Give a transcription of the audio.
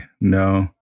no